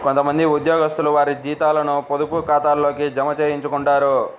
కొంత మంది ఉద్యోగస్తులు వారి జీతాలను పొదుపు ఖాతాల్లోకే జమ చేయించుకుంటారు